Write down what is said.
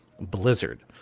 Blizzard